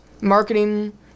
marketing